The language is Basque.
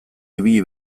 ibili